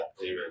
Amen